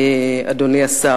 אדוני השר,